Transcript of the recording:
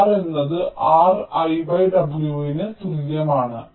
R എന്നത് R lw ന് തുല്യമാണ്